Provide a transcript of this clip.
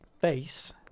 face